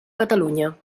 catalunya